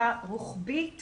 בדיקה רוחבית